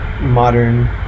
modern